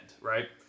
Right